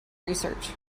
research